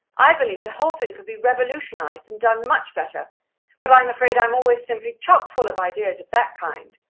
i believe the whole thing could be revolutionized and done much better but i'm afraid i'm always simply chockfull of ideas of that kind.